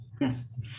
yes